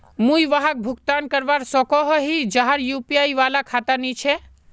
मुई वहाक भुगतान करवा सकोहो ही जहार यु.पी.आई वाला खाता नी छे?